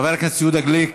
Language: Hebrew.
חבר הכנסת יהודה גליק,